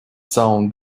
sound